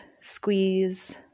Squeeze